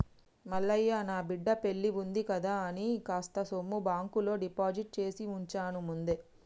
మల్లయ్య నా బిడ్డ పెల్లివుంది కదా అని కాస్త సొమ్ము బాంకులో డిపాజిట్ చేసివుంచాను ముందే